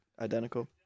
identical